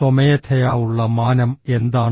സ്വമേധയാ ഉള്ള മാനം എന്താണ്